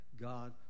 God